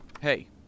Hey